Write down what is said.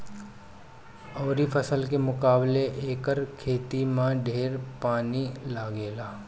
अउरी फसल के मुकाबले एकर खेती में ढेर पानी लागेला